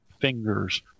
Fingers